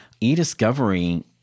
e-discovery